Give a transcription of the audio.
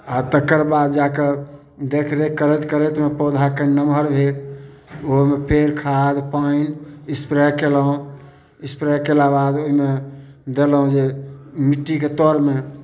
आओर तकर बाद जाकऽ देख रेख करैत करैतमे पौधा कनि नमहर भेल उहोमे फेर खाद पानि स्प्रे कयलहुँ स्प्रे कयलाके बाद ओइमे देलहुँ जे मिट्टीके तऽरमे